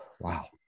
wow